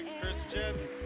Christian